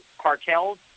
cartels